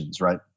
right